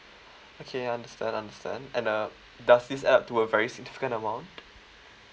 okay understand understand and uh does this add to a very significant amount